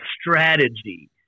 strategy